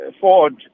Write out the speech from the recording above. Ford